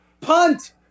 Punt